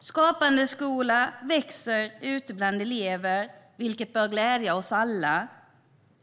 Skapande skola växer ute bland elever, vilket bör glädja oss alla.